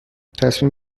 تصمیم